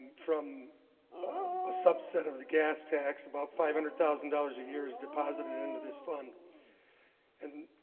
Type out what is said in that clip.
from a subset of the gas tax about five hundred thousand dollars a years deposited into this fund and